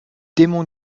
démon